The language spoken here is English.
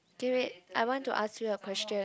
k wait I want to ask you a question